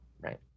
Right